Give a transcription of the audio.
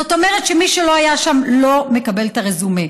זאת אומרת שמי שלא היה שם לא מקבל את הרזומה.